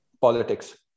politics